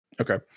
Okay